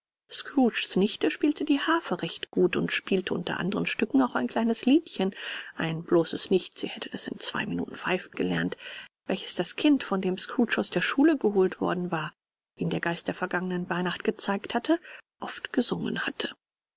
scrooges nichte spielte die harfe recht gut und spielte unter anderen stücken auch ein kleines liedchen ein bloßes nichts ihr hättet es in zwei minuten pfeifen gelernt welches das kind von dem scrooge aus der schule geholt worden war wie ihn der geist der vergangenen weihnachten gezeigt hatte oft gesungen hatte